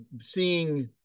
seeing